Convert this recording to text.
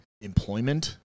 employment